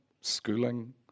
schooling